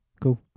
Cool